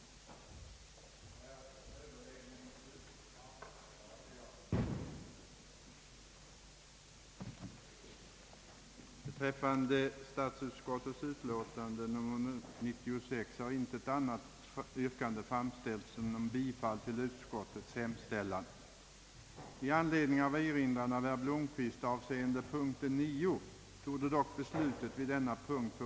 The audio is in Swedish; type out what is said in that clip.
Bland dessa märktes bland annat förslag att inrätta ett centralt sjömansregister och en central sjömansnämnd.